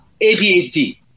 ADHD